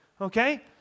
Okay